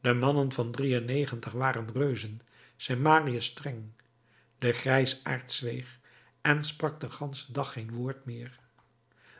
de mannen van waren reuzen zei marius streng de grijsaard zweeg en sprak den ganschen dag geen woord meer